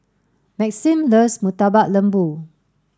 Maxim loves Murtabak Lembu